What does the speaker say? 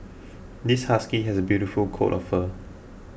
this husky has a beautiful coat of fur